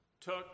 took